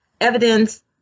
evidence